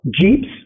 Jeeps